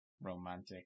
romantic